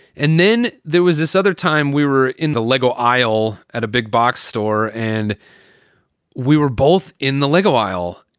and then there was this other time we were in the lego aisle at a big box store and we were both in the lego aisle.